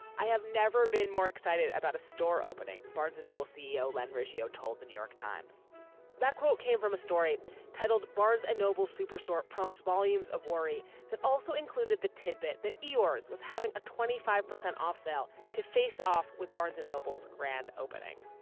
i have never been more excited about a store opening. barnes noble ceo len ratio told the new york times that quote came from a story titled barnes noble's superstore promise volumes of worry that also included the tidbit that yours was having a twenty five percent off sale to face off with barnes noble's grand opening.